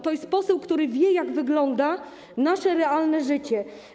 To jest poseł, który wie, jak wygląda nasze realne życie.